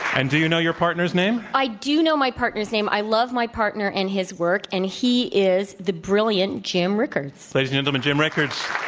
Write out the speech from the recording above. and do you know your partner's name? i do know my partner's name. i love my partner and his work and he is the brilliant jim rickards. ladies and gentlemen, jim rickards.